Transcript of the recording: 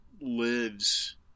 lives –